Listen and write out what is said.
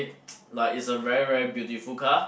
like it's a very very beautiful car